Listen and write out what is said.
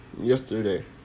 yesterday